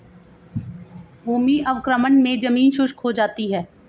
भूमि अवक्रमण मे जमीन शुष्क हो जाती है